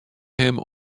him